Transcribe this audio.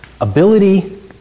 ability